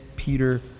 Peter